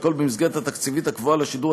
והכול במסגרת התקציבית הקבועה לשידור